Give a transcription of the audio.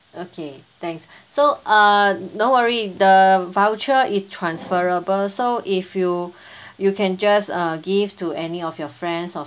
okay thanks so uh no worry the voucher is transferable so if you you can just uh give to any of your friends or